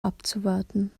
abzuwarten